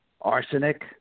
Arsenic